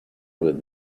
with